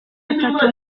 atatu